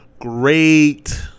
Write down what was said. Great